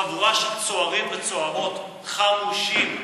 כמה מאות מטרים מכאן נהג משאית דרס חבורה של צוערים וצוערות חמושים.